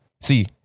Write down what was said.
See